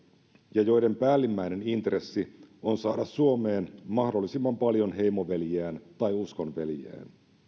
ja joiden päällimmäinen intressi on saada suomeen mahdollisimman paljon heimoveljiään tai uskonveljiään